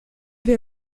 wir